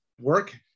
work